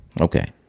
Okay